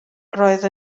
roedd